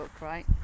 right